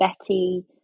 Betty